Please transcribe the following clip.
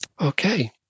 Okay